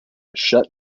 shut